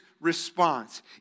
response